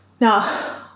Now